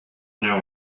know